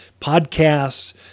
podcasts